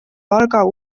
valga